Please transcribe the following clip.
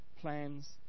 plans